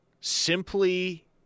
simply